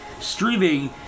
streaming